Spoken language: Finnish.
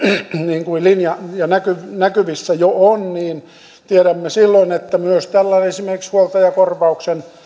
niin kuin linja ja näkyvissä jo on silloin myös tällaisen esimerkiksi huoltajakorvauksen